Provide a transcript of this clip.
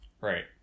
right